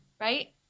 Right